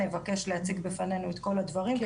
נבקש להציג בפנינו את כל הדברים,